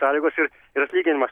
sąlygos ir ir atlyginimas